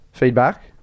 Feedback